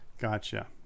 Gotcha